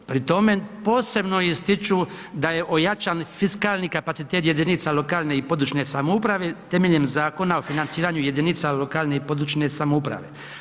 Pri tome posebno ističu da je ojačan fiskalni kapacitet jedinica lokalne i područne samouprave temeljem Zakona o financiranju jedinica lokalne i područne samouprave.